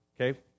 okay